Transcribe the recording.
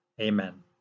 Amen